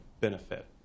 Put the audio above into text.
benefit